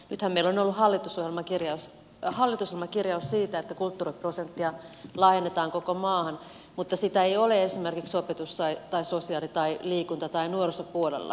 nythän meillä on ollut hallitusohjelmakirjaus siitä että kulttuuriprosenttia laajennetaan koko maahan mutta sitä ei ole esimerkiksi opetus tai sosiaali tai liikunta tai nuorisopuolella